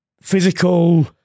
physical